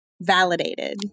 validated